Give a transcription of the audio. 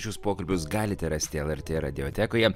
šius pokalbius galite rasti lrt radiotekoje